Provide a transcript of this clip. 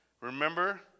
remember